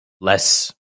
less